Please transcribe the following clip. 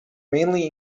mainly